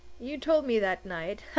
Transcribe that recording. you told me that night.